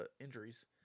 injuries